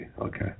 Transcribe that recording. Okay